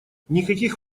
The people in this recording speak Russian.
никаких